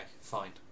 fine